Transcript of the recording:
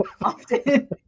often